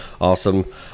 awesome